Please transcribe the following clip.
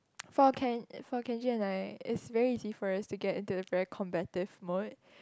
for Ken for Kenji and I it's very easy for us to get into very competitive mode